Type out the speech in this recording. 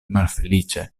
malfeliĉe